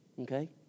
okay